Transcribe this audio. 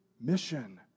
mission